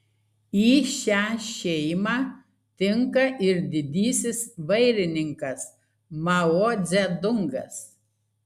į šią šeimą tinka ir didysis vairininkas mao dzedungas